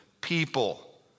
people